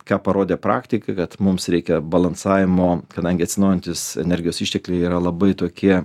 ką parodė praktika kad mums reikia balansavimo kadangi atsinaujinantys energijos ištekliai yra labai tokie